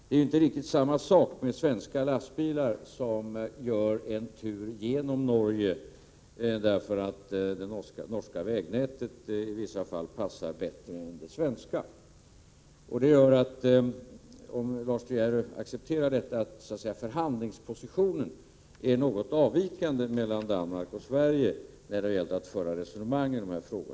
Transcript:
Det är inte riktigt samma sak när svenska lastbilar gör en tur genom Norge därför att det norska vägnätet i vissa fall passar bättre än det svenska. De danska och svenska förhandlingspositionerna avviker således något från varandra när det gäller att föra resonemang i dessa frågor.